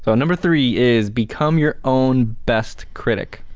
so number three is, become your own best critic.